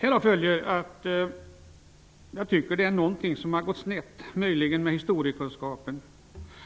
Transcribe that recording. Härav följer att något verkar ha gått snett, möjligen med historiekunskapen,